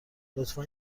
لطفا